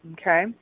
okay